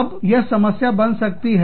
अब यह समस्या बन सकती है